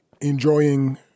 enjoying